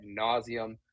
nauseum